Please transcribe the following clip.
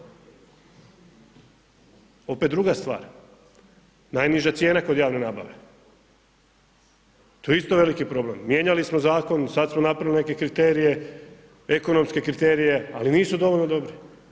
Opet druga stvar, najniža cijena kod javne nabave, to je isto veliki problem, mijenjali smo zakon sad smo napravili neke kriterije, ekonomske kriterije, ali nisu dovoljno dobri.